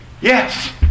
Yes